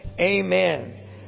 Amen